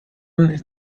ist